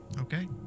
Okay